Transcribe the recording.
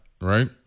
right